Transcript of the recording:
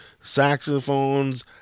saxophones